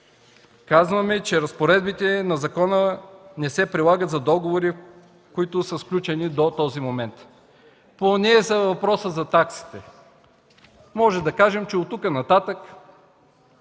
казваме, че разпоредбите на закона не се прилагат за договори, които са сключени до този момент. Така е с въпроса за таксите. Можем да кажем, че от тук нататък